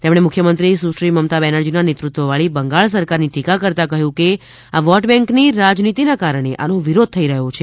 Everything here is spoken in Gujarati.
તેમણે મુખ્યમંત્રી સુશ્રીમમતા બેનરજીના નેતૃત્વવાળી બંગાળ સરકારની ટીકા કરતા કહ્યું છે કે આ વોટબેન્કની રાજનીતિના કારણે આનો વિરોધ થઇ રહ્યો છે